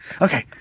Okay